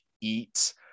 eat